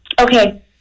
Okay